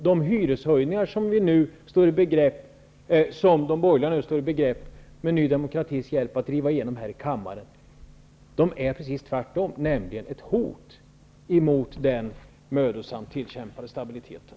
De hyreshöjningar som de borgerliga med Ny demokratis hjälp nu står i begrepp att genomdriva här i kammaren är ett hot emot den mödosamt tillkämpade stabiliteten.